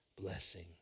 blessing